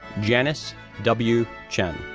janis w. chen,